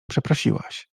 przeprosiłaś